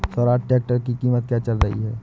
Swaraj tractor की कीमत क्या चल रही है?